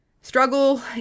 struggle